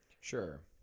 sure